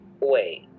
Wait